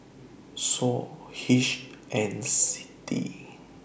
SOU HCI and CITI